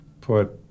put